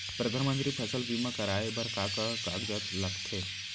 परधानमंतरी फसल बीमा कराये बर का का कागजात लगथे?